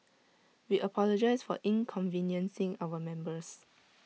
we apologise for inconveniencing our members